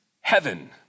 heaven